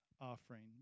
offering